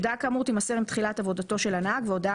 הודעה כאמור תימסר עם תחילת עבודתו של הנהג והודעה